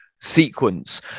sequence